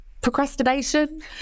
procrastination